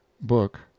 Book